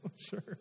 Sure